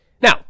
Now